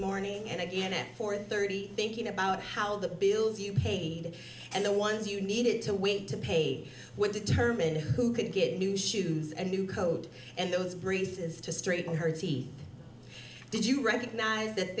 morning and again it four thirty thinking about how the bills you paid and the ones you needed to wait to pay will determine who can get new shoes and new code and those breezes to straighten her teeth did you recognize that